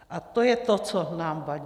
A to je to, co nám vadí.